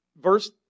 Verse